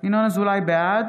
בעד